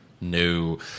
No